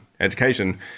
education